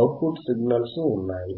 out put signals ఉన్నాయి